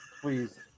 please